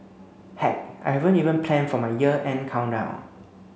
heck I haven't even plan for my year end countdown